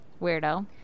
Weirdo